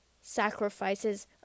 sacrifices